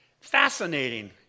fascinating